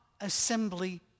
assembly